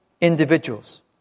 individuals